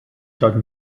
taught